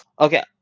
Okay